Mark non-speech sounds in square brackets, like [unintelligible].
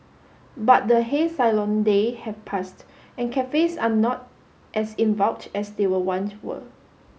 but the [unintelligible] day have passed and cafes are not as in [unintelligible] as they were once were